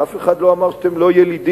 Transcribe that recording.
ואף אחד לא אמר שאתם לא ילידים,